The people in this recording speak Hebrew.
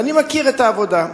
אני מכיר את העבודה.